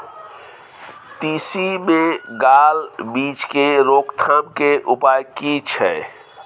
तिसी मे gall midge के रोकथाम के उपाय की छै?